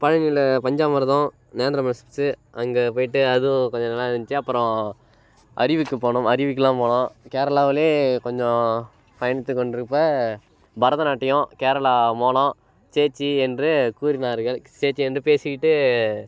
பழனியில் பஞ்சாமிர்தம் நேந்திர பழம் சிப்ஸு அங்கே போயிட்டு அதுவும் கொஞ்சம் நல்லா இருந்துச்சு அப்புறம் அருவிக்கு போனோம் அருவிக்குலாம் போனோம் கேரளாவில் கொஞ்சம் பயணித்து கொண்டிருப்ப பரதநாட்டியம் கேரளா மேளம் சேச்சி என்று கூறினார்கள் சேச்சி என்று பேசிக்கிட்டு